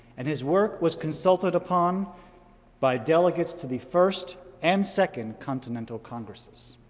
and his work was consulted upon by delegates to the first and second continental congresses.